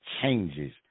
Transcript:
changes